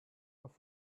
off